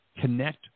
connect